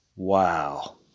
Wow